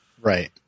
right